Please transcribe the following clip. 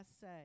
say